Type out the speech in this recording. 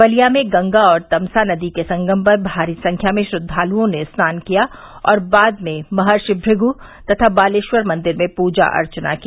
बलिया में गंगा और तमसा नदी के संगम पर भारी संख्या में श्रद्वालुओं ने स्नान किया और बाद में महर्षि भूगु तथा बालेश्वर मंदिर में पूजा अर्चना की